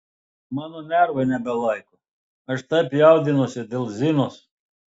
mano nervai nebelaiko aš taip jaudinuosi dėl zinos